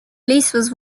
lease